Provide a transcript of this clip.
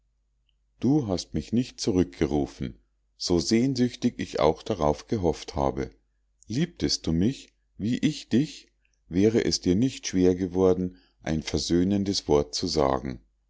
du hast mich nicht zurückgerufen so sehnsüchtig ich auch darauf gehofft habe liebtest du mich wie ich dich wäre es dir nicht schwer geworden ein versöhnendes wort zu sagen